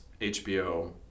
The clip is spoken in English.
HBO